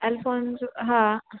अलफ़ोनज़ो हा